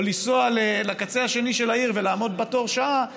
או לנסוע לקצה השני של העיר ולעמוד בתור שעה,